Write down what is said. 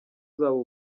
zabo